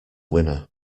winner